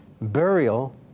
burial